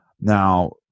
Now